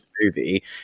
movie